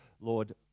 Lord